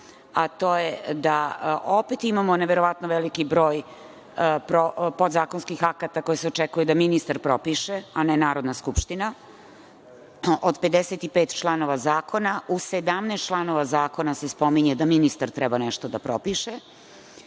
a to je da opet imamo neverovatno veliki broj podzakonskih akata za koje se očekuje da ministar propiše, a ne Narodna skupština. Od 55 članova zakona u 17 članova zakona se spominje da ministar treba nešto da propiše.I,